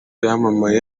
yamamaye